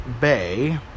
Bay